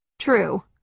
True